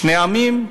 שני עמים,